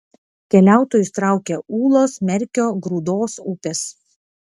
keliautojus traukia ūlos merkio grūdos upės